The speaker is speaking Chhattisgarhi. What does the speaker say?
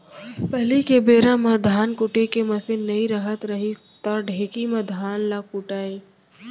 पहिली के बेरा म धान कुटे के मसीन नइ रहत रहिस त ढेंकी म धान ल कूटयँ